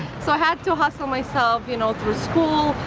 so, i had to hustle myself, you know, through school,